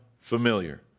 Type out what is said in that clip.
familiar